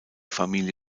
familie